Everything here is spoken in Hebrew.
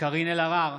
קארין אלהרר,